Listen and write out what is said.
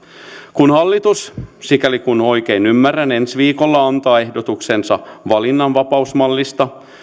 kun hallitus sikäli kuin oikein ymmärrän ensi viikolla antaa ehdotuksensa valinnanvapausmallista